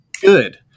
good